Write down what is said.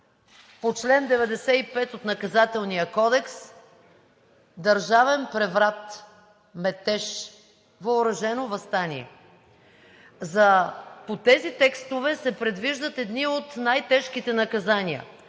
по чл. 95 от Наказателния кодекс – държавен преврат, метеж, въоръжено въстание. По тези текстове се предвиждат едни от най-тежките наказания